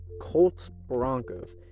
Colts-Broncos